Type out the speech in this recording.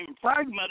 fragmented